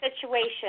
situation